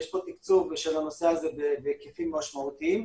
יש פה תקצוב של הנושא הזה בהיקפים משמעותיים,